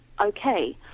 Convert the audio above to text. Okay